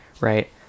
right